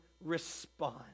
respond